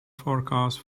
forecast